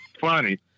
funny